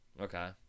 Okay